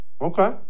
Okay